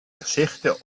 geschichte